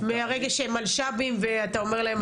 מהרגע שהם מלשב"ים ואתה אומר להם,